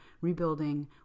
rebuilding